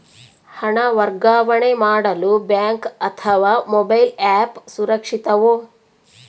ಹಣ ವರ್ಗಾವಣೆ ಮಾಡಲು ಬ್ಯಾಂಕ್ ಅಥವಾ ಮೋಬೈಲ್ ಆ್ಯಪ್ ಸುರಕ್ಷಿತವೋ?